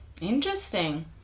Interesting